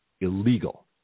illegal